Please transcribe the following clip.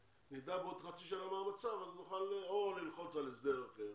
וכשנדע בעוד חצי שנה מה המצב אז נוכל או ללחוץ על הסדר אחר,